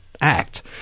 Act